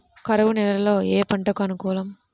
కరువు నేలలో ఏ పంటకు అనుకూలం?